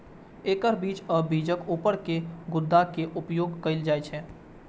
एकर बीज आ बीजक ऊपर के गुद्दा के उपयोग कैल जाइ छै